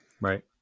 right